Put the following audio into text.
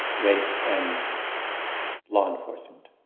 race and law enforcement.